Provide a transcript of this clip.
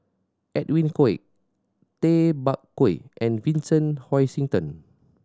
Edwin Koek Tay Bak Koi and Vincent Hoisington